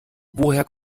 woher